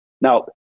Now